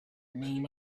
main